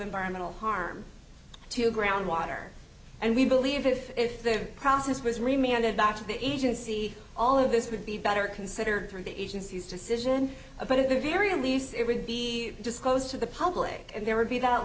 environmental harm to groundwater and we believe if the process was reminded back to the agency all of this would be better considered from the agency's decision but at the very least it would be disclosed to the public and there would be that